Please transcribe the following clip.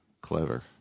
Clever